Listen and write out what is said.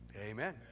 amen